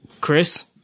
Chris